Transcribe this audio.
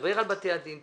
שתדבר על בתי הדין,